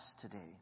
today